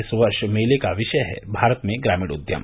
इस वर्ष मेले का विषय है भारत में ग्रामीण उद्यम